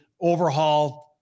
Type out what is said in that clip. overhaul